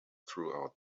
throughout